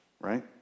right